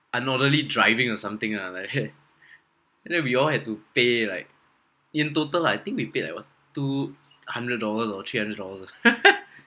inorderly driving or something ah like that and then we all had to pay like in total lah I think we paid like what two hundred dollars or three hundred dollars ah